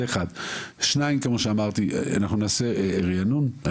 כמו שאמרתי, נעשה ריענון.